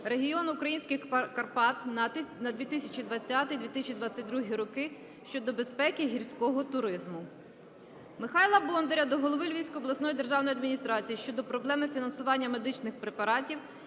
регіону українських Карпат на 2020 - 2022 роки щодо безпеки гірського туризму. Михайла Бондаря до голови Львівської обласної державної адміністрації щодо проблеми фінансування медичних препаратів,